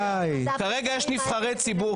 כרגע יש נבחרי ציבור,